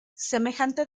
semejante